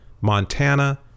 Montana